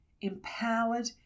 empowered